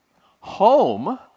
Home